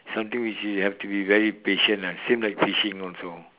something which you have to be very patient lah same like fishing also